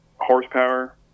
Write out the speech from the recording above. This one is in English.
horsepower